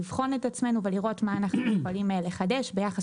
לבחון את עצמנו ולראות מה אנחנו יכולים לחדש ביחס